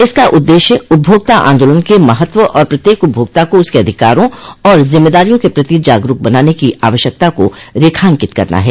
इसका उद्देश्य उपभोक्ता आदोलन के महत्व और प्रत्येक उपभोक्ता को उसके अधिकारों और जिम्मेदारियों के प्रति जागरूक बनाने की आवश्यकता को रेखांकित करना है